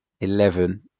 eleven